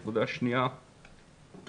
נקודה שניה ואחרונה,